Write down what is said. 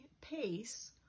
pace